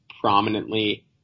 prominently